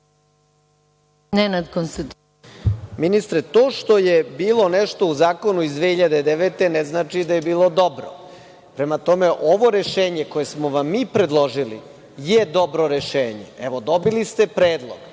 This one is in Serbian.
**Nenad Konstantinović** Ministre, to što je bilo nešto u zakonu iz 2009. godine ne znači da je bilo dobro. Prema tome, ovo rešenje koje smo vam mi predložili je dobro rešenje. Evo, dobili ste predlog.